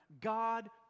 God